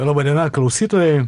laba diena klausytojai